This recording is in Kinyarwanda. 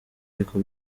ariko